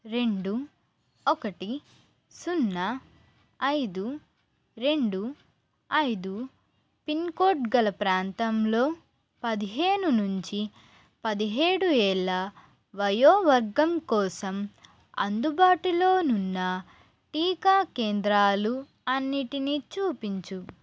రెండు ఒకటి సున్నా ఐదు రెండు ఐదు పిన్కోడ్ గల ప్రాంతంలో పదిహేను నుంచి పదిహేడు ఏళ్ళ వయో వర్గం కోసం అందుబాటులోనున్న టీకా కేంద్రాలు అన్నిటినీ చూపించు